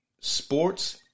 Sports